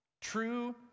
True